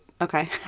Okay